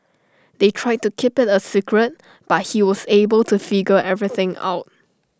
they tried to keep IT A secret but he was able to figure everything out